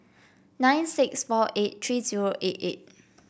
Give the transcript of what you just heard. nine six four eight three zero eight eight